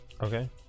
Okay